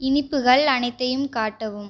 இனிப்புகள் அனைத்தையும் காட்டவும்